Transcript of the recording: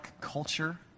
culture